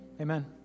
Amen